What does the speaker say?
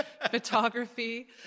photography